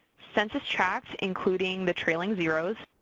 census tract including the trailing zeros